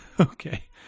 okay